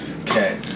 Okay